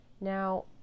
Now